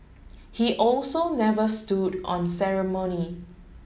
he also never stood on ceremony